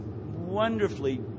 wonderfully